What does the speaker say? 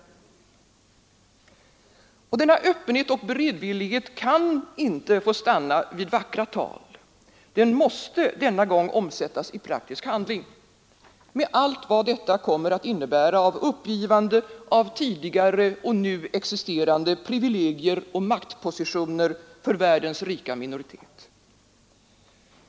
Denna öppenhet och beredvillighet kan inte få stanna vid vackra tal, den måste denna gång omsättas i praktisk handling med allt vad detta kommer att innebära av uppgivande av tidigare och nu existerande privilegier och maktpositioner för världens rika minoritet.